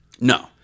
No